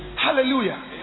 Hallelujah